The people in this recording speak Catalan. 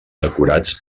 decorats